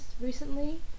recently